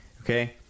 Okay